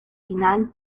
final